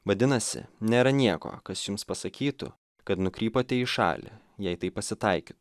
vadinasi nėra nieko kas jums pasakytų kad nukrypote į šalį jei tai pasitaikyt